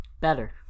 better